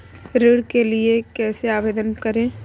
ऋण के लिए कैसे आवेदन करें?